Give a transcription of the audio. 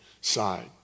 side